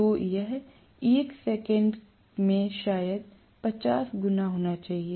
तो यह 1 सेकंड में शायद 50 गुना होना चाहिए